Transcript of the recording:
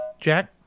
Jack